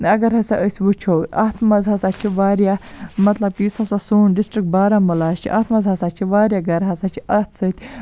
اگر ہَسا أسۍ وٕچھو اَتھ مَنز ہَسا چھِ واریاہ مطلب کہِ یُس ہَسا سون ڈِسٹرک بارہمولہ چھِ اَتھ مَنز ہَسا چھِ واریاہ گَرٕ ہَسا چھِ اَتھ سۭتۍ